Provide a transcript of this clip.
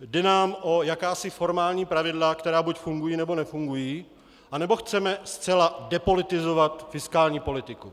Jde nám o jakási formální pravidla, která buď fungují, nebo nefungují, anebo chceme zcela depolitizovat fiskální politiku?